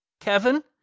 Kevin